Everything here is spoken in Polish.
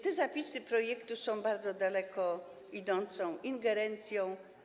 Te zapisy projektu są bardzo daleko idącą ingerencją.